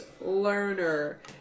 learner